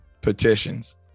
Petitions